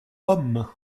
homme